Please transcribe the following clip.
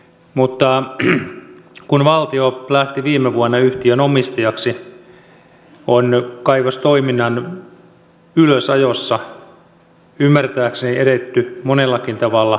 mutta kun valtio lähti viime vuonna yhtiön omistajaksi on kaivostoiminnan ylösajossa ymmärtääkseni edetty monellakin tavalla myönteisesti suunnitellusti